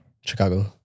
Chicago